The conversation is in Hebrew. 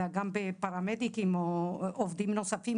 אלא גם בפרמדיקים או עובדים נוספים,